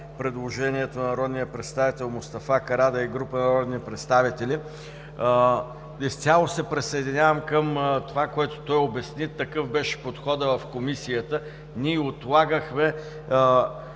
предложението на народния представител Мустафа Карадайъ и група народни представители, изцяло се присъединявам към това, което той обясни. Такъв беше подходът в Комисията. Ние отлагахме